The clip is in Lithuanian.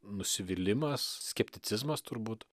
nusivylimas skepticizmas turbūt